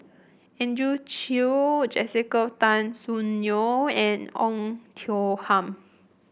Andrew Chew Jessica Tan Soon Neo and Oei Tiong Ham